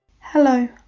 Hello